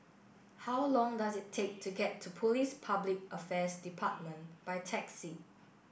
how long does it take to get to Police Public Affairs Department by taxi